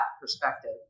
perspective